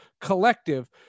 collective